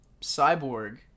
Cyborg